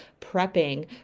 prepping